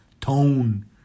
tone